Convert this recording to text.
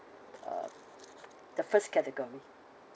uh the first category